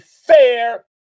fair